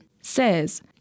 says